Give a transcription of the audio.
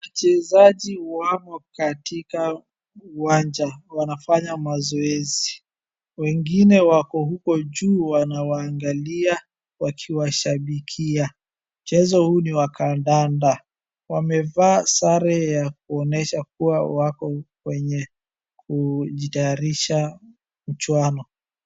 wachezaji wamo katika uwanja wanafanya mazoezi wengine wako huko juu wanawaangalia wakiwashabikia mchezo huu ni wa kandanda wamevaa sare ya kuonyesha wako kwenye kujitayarisha mchuano